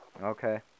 Okay